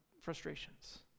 frustrations